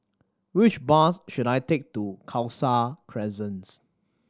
which bus should I take to Khalsa Crescent